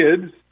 kids